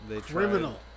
Criminal